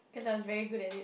cause I was very good at it